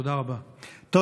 תודה רבה.